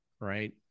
right